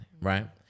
right